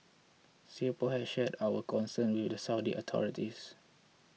singapore has shared our concerns with the Saudi authorities